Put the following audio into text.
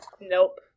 Nope